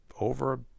over